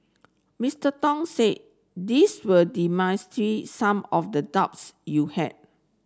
Mister Tong said this will some of the doubts you had